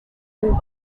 and